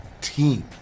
team